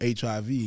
HIV